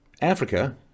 Africa